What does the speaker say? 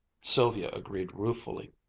sylvia agreed ruefully.